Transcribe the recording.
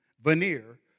veneer